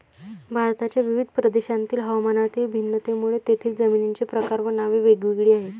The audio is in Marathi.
भारताच्या विविध प्रदेशांतील हवामानातील भिन्नतेमुळे तेथील जमिनींचे प्रकार व नावे वेगवेगळी आहेत